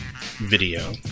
video